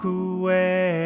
away